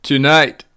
Tonight